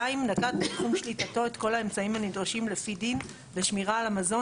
נקט בתחום שליטתו את כל האמצעים הנדרשים לפי דין לשמירה על המזון